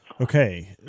Okay